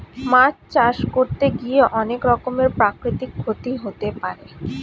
মাছ চাষ করতে গিয়ে অনেক রকমের প্রাকৃতিক ক্ষতি হতে পারে